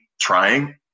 trying